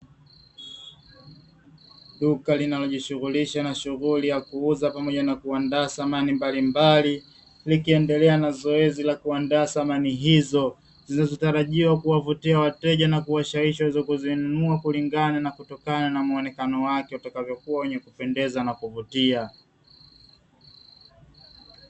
Duka linalo jishughulisha na shughuli ya kuuza pamoja na kuandaa samani mbalimbali likiendelea na zoezi la kuandaa samani hizo, zinazotarajiwa kuwavutia wateja na kuwashawishi waweze kuzinunua kulingana na kutokana na muonekano wake watakavyokuwa wenye kupendeza na kuvutia.